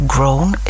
Grown